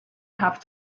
have